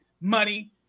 money